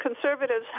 Conservatives